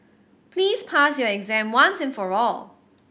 please pass your exam once and for all